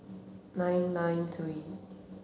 nine nine three